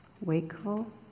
wakeful